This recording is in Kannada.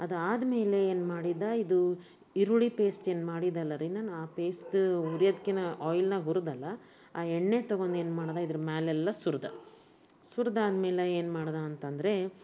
ಅದಾದ್ಮೇಲೆ ಏನು ಮಾಡಿದ್ದೆ ಇದು ಈರುಳ್ಳಿ ಪೇಸ್ಟ್ ಏನ್ಮಾಡಿದ್ದೆ ಅಲ್ಲ ರೀ ನಾನು ಆ ಪೇಸ್ಟ್ ಹುರಿಯೋದ್ಕಿಂತ ಆಯ್ಲ್ನಾಗ ಹುರಿದ್ನಲ್ಲ ಆ ಎಣ್ಣೆ ತೊಗೊಂಡು ಏನ್ಮಾಡ್ದೆ ಇದ್ರ ಮೇಲೆಲ್ಲ ಸುರಿದ ಸುರಿದಾದ್ಮೇಲೆ ಏನು ಮಾಡ್ದೆ ಅಂತ ಅಂದ್ರೆ